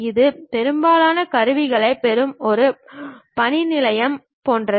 இது பெரும்பாலான கருவிகளைப் பெறும் ஒரு பணிநிலையம் போன்றது